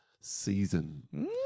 season